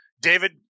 David